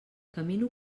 camino